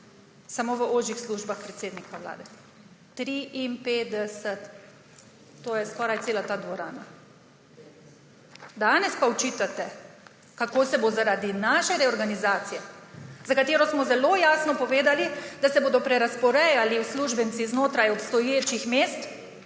samo v ožjih službah predsednika vlade. 53. To je skoraj cela ta dvorana, danes pa očitate, kako se bo zaradi naše reorganizacije, za katero smo zelo jasno povedali, da se bodo prerazporejali uslužbenci znotraj obstoječih mest,